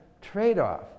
trade-off